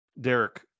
Derek